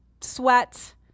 sweat